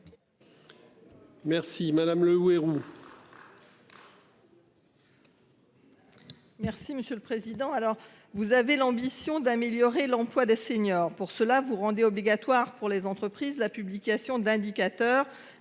Merci madame Le Houerou. Merci monsieur le président. Alors vous avez l'ambition d'améliorer l'emploi des seniors pour cela vous rendez obligatoire pour les entreprises la publication d'indicateurs.